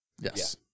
Yes